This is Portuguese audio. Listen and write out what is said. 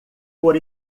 por